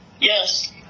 Yes